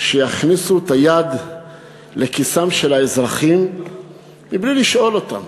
שיכניסו את היד לכיסם של האזרחים מבלי לשאול אותם,